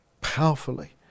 powerfully